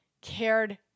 cared